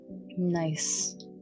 Nice